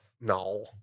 No